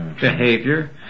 behavior